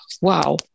wow